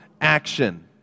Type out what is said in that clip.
action